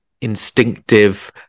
instinctive